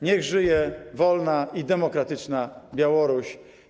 Niech żyje wolna i demokratyczna Białoruś!